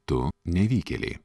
tu nevykėlė